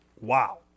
Wow